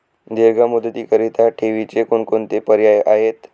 दीर्घ मुदतीकरीता ठेवीचे कोणकोणते पर्याय आहेत?